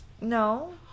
No